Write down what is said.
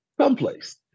someplace